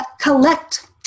collect